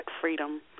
freedom